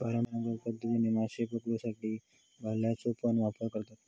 पारंपारिक पध्दतीन माशे पकडुसाठी भाल्याचो पण वापर करतत